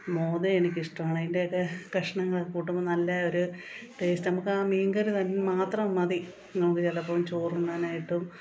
മോദെ എനിക്കിഷ്ടമാണ് അതിന്റെയൊക്കെ കഷ്ണങ്ങൾ കൂട്ടുമ്പോൾ നല്ല ഒരു ടേസ്റ്റ് നമുക്കാ മീങ്കറി തൻ മാത്രം മതി നമുക്ക് ചിലപ്പം ചോറുണ്ണാനായിട്ടും